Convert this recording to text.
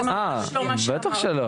אה, בטח שלא.